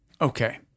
Okay